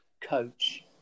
coach